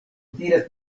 diras